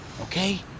okay